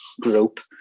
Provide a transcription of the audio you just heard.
group